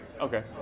Okay